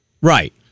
Right